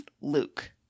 Luke